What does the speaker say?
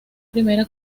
primera